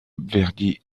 verdi